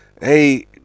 hey